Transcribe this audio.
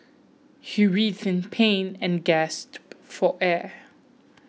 he writhed in pain and gasped for air